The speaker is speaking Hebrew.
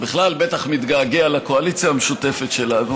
בכלל בטח מתגעגע לקואליציה המשותפת שלנו,